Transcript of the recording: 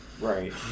Right